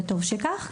וטוב שכך.